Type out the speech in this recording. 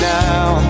now